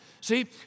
See